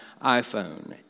iPhone